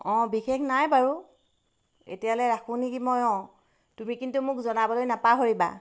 অঁ বিশেষ নাই বাৰু এতিয়ালৈ ৰাখোঁ নেকি মই অঁ তুমি কিন্তু মোক জনাবলৈ নাপাহৰিবা